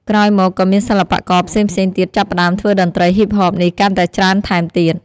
ក្រោយមកក៏មានសិល្បៈករផ្សេងៗទៀតចាប់ផ្តើមធ្វើតន្រ្តីហ៊ីបហបនេះកាន់តែច្រើនថែមទៀត។